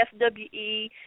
FWE